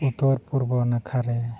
ᱩᱛᱛᱚᱨ ᱯᱩᱨᱵᱚ ᱱᱟᱠᱷᱟ ᱨᱮ